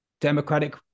democratic